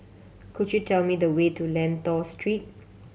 could you tell me the way to Lentor Street